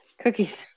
cookies